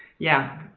yeah,